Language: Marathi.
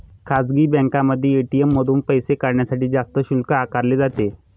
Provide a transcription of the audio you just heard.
खासगी बँकांमध्ये ए.टी.एम मधून पैसे काढण्यासाठी जास्त शुल्क आकारले जाते